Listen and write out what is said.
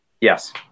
Yes